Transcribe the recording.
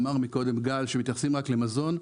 אמר מקודם גל שמתייחסים רק למזון,